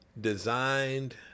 designed